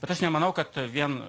bet aš nemanau kad vien